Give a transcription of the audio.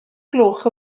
gloch